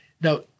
Now